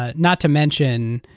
ah not to mention,